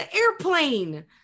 airplane